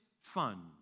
fun